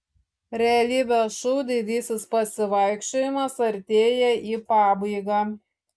realybės šou didysis pasivaikščiojimas artėja į pabaigą